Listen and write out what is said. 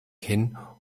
hin